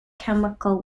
chemical